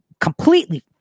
completely